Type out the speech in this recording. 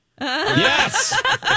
Yes